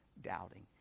doubting